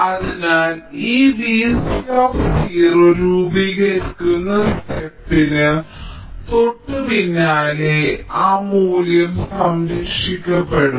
അതിനാൽ ഈ Vc രൂപീകരിക്കുന്ന സ്റ്റെപ്പിന് തൊട്ടുപിന്നാലെ ആ മൂല്യം സംരക്ഷിക്കപ്പെടും